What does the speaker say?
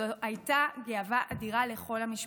זו הייתה גאווה אדירה לכל המשפחה,